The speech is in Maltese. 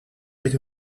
ġiet